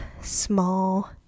small